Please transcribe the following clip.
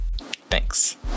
Thanks